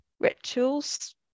rituals